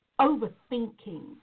overthinking